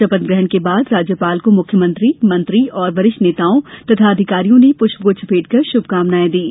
शपथ ग्रहण के बाद राज्यपाल को मुख्यमंत्री मंत्री और वरिष्ठ नेताओं तथा अधिकारियों ने पुष्पगुच्छ भेंट कर शुभकामनायें दीं